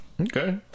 Okay